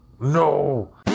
No